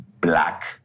black